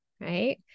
Right